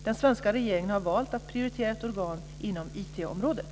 Den svenska regeringen har valt att prioritera ett organ inom IT-området.